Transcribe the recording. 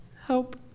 help